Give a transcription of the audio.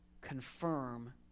confirm